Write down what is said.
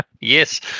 Yes